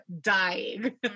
dying